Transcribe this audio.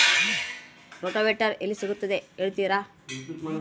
Rotavator ಎಲ್ಲಿ ಸಿಗುತ್ತದೆ ಹೇಳ್ತೇರಾ?